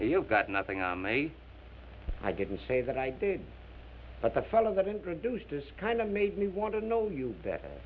you've got nothing on me i didn't say that i did but the fellow that introduced this kind of made me want to know you that